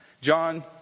John